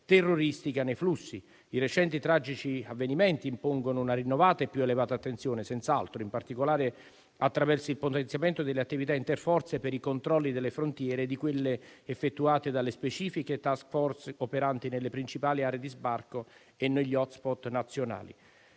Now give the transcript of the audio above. terroristica nei flussi. I recenti tragici avvenimenti impongono una rinnovata e più elevata attenzione, senz'altro, in particolare attraverso il potenziamento delle attività interforze per i controlli delle frontiere e di quelle effettuate dalle specifiche *task force* operanti nelle principali aree di sbarco e negli *hotspot* nazionali.